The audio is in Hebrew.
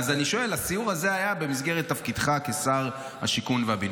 אז אני שואל: הסיור הזה היה במסגרת תפקידך כשר השיכון והבינוי,